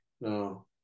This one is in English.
No